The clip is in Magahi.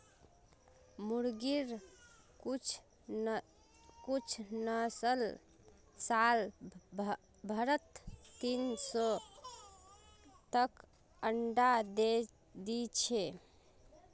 मुर्गिर कुछ नस्ल साल भरत तीन सौ तक अंडा दे दी छे